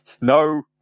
No